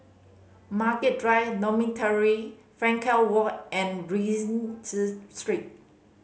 Margaret Drive Dormitory Frankel Walk and Rienzi Street